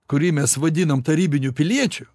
kurį mes vadinam tarybiniu piliečiu